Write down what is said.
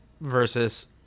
versus